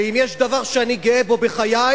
ואם יש דבר שאני גאה בו בחיי,